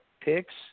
picks